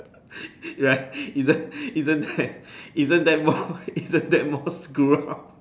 right isn't isn't that isn't that more isn't that more screw up